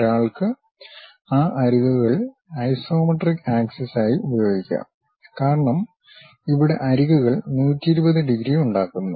ഒരാൾക്ക് ആ അരികുകൾ ഐസോമെട്രിക് ആക്സിസ് ആയി ഉപയോഗിക്കാം കാരണം ഇവിടെ അരികുകൾ 120 ഡിഗ്രി ഉണ്ടാക്കുന്നു